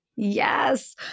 Yes